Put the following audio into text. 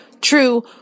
True